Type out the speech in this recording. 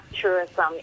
tourism